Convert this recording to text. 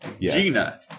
Gina